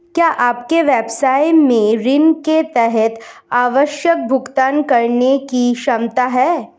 क्या आपके व्यवसाय में ऋण के तहत आवश्यक भुगतान करने की क्षमता है?